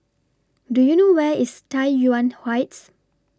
Do YOU know Where IS Tai Yuan Heights